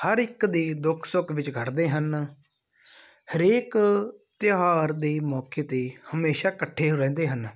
ਹਰ ਇੱਕ ਦੇ ਦੁੱਖ ਸੁੱਖ ਵਿੱਚ ਖੜ੍ਹਦੇ ਹਨ ਹਰੇਕ ਤਿਉਹਾਰ ਦੇ ਮੌਕੇ 'ਤੇ ਹਮੇਸ਼ਾ ਇਕੱਠੇ ਰਹਿੰਦੇ ਹਨ